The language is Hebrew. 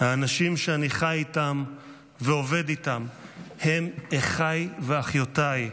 האנשים שאני חי איתם ועובד איתם הם אחיי ואחיותיי,